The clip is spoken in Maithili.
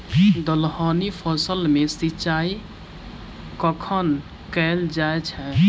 दलहनी फसल मे सिंचाई कखन कैल जाय छै?